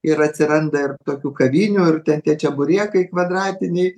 ir atsiranda ir tokių kavinių ir ten tie čeburėkai kvadratiniai